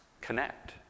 Connect